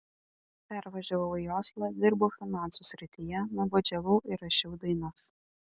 pervažiavau į oslą dirbau finansų srityje nuobodžiavau ir rašiau dainas